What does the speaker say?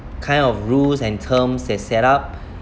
kind of rules and terms has set up